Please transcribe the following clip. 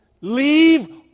leave